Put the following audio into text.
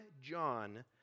John